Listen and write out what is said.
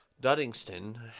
Duddingston